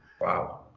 Wow